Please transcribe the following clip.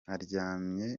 aryamye